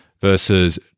versus